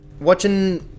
watching